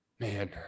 man